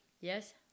Yes